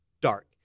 dark